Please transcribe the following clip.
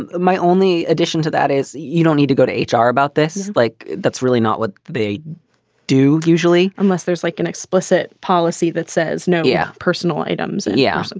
and my only addition to that is you don't need to go to h r. about this is like that's really not what they do usually unless there's like an explicit policy that says no. yeah, personal items. and yes. and